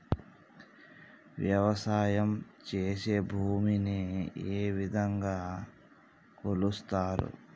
వ్యవసాయం చేసి భూమిని ఏ విధంగా కొలుస్తారు?